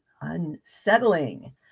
unsettling